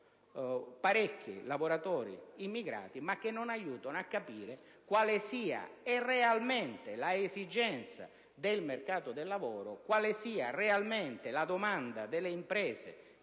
parecchi lavoratori immigrati. Ciò non aiuta a capire, infatti, quale sia realmente l'esigenza del mercato del lavoro, quale sia realmente la domanda delle piccole,